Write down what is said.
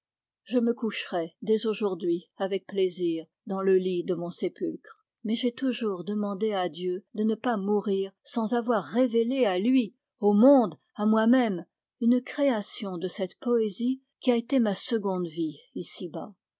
je me coucherais dès aujourd'hui avec plaisir dans le lit de mon sépulcre mais j'ai toujours demandé à dieu de ne pas mourir sans avoir révélé à lui au monde à moi-même une création de cette poésie qui a été ma seconde vie ici-bas